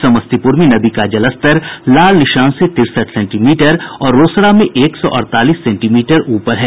समस्तीप्र में नदी का जलस्तर लाल निशान से तिरसठ सेंटीमीटर और रोसड़ा में एक सौ अड़तालीस सेंटीमीटर ऊपर है